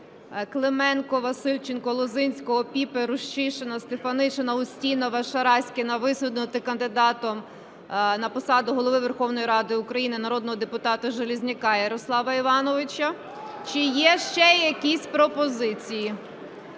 Клименко, Васильченко, Лозинського, Піпи, Рущишина, Стефанишиної, Устінової, Шараськіна висунути кандидатом на посаду Голови Верховної Ради України народного депутата Железняка Ярослава Івановича. Чи є ще якісь пропозиції?